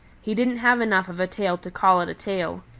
he didn't have enough of a tail to call it a tail.